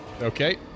Okay